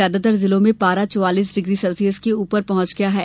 ज्यादातर जिलों में पारा चालीस डिग्री सेल्सियस से ऊपर पहुंच गया है